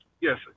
Yes